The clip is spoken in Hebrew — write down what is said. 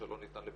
שלא ניתן לביצוע,